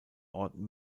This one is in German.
orten